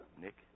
Nick